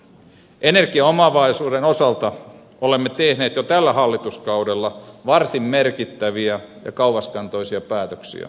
energiaomavaraisuuden osalta olemme tehneet jo tällä hallituskaudella varsin merkittäviä ja kauaskantoisia päätöksiä